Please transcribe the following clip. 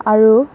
আৰু